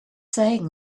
saying